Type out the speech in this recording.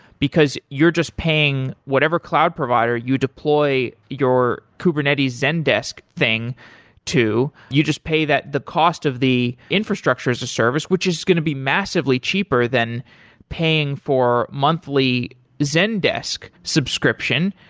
because you're just paying whatever cloud provider you deploy your kubernetes zendesk thing to. you just pay the cost of the infrastructure as a service, which is going to be massively cheaper than paying for monthly zendesk subscription.